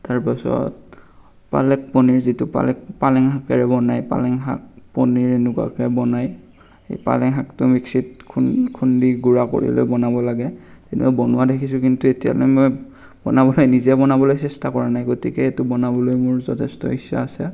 তাৰ পিছত পালক পনীৰ যিটো পালেক পালেং শাকেৰে বনায় পালেং শাক পনীৰ এনেকুৱাকে বনায় এই পালেং শাকটো মিক্সিত খুন্দি গুৰা কৰি লৈ বনাব লাগে বনোৱা দেখিছোঁ কিন্তু এতিয়ালৈ মই বনাবলৈ নিজে বনাবলৈ চেষ্টা কৰা নাই গতিকে সেইটো বনাবলৈ মোৰ যথেষ্ট ইচ্ছা আছে